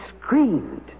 screamed